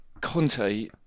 Conte